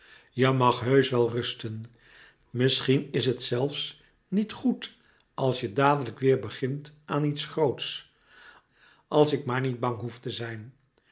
je mag heusch wel rusten misschien is het zelfs niet goed als je dadelijk weêr begint aan iets groots als ik maar niet bang hoef te zijn